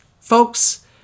folks